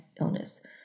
illness